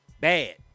bad